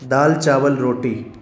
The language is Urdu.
دال چاول روٹی